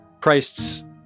Christ's